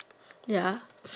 ya